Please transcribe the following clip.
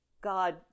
God